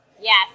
Yes